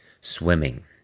swimming